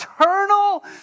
eternal